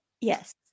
Yes